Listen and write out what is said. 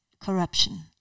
corruption